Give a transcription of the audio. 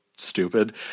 Stupid